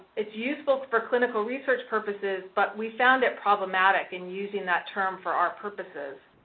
it's useful for clinical research purposes, but we found it problematic in using that term for our purposes.